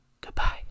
Goodbye